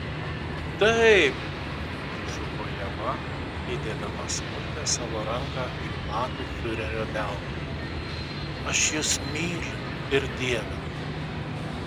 taip sušuko ieva įdėdama smulkią savo ranką į platų fiurerio delną aš jus myliu ir dievinu